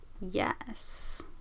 yes